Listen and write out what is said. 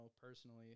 personally